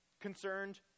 concerned